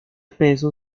peso